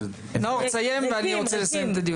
נאור תסיים ואני רוצה לסיים את הדיון.